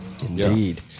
indeed